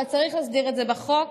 אבל צריך להסדיר את זה בחוק.